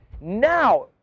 Now